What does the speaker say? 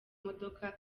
modoka